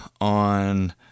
on